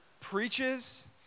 preaches